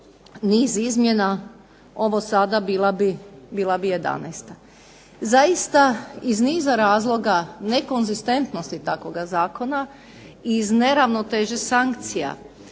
niz izmjena, ovo sada bila bi 11. Zaista iz niza razloga nekonzistentnosti takvoga zakona, iz neravnoteže sankcija,